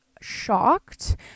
Shocked